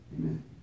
Amen